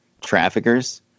traffickers